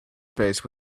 space